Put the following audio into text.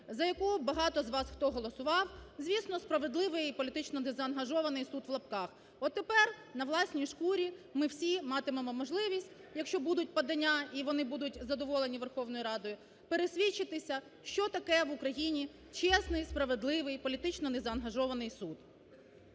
за яку багато хто з вас голосував. Звісно "справедливий" і "незаангажований" суд – в лапках, от тепер на власній шкурі ми всі матимемо можливість, якщо будуть подання і вони будуть задоволені Верховною Радою пересвідчитися, що таке в Україні чесний, справедливий, політично незаангажований суд.